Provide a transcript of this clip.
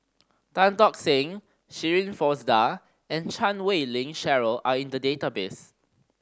Tan Tock Seng Shirin Fozdar and Chan Wei Ling Cheryl are in the database